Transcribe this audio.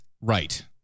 Right